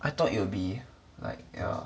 I thought it will be like yeah